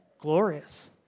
glorious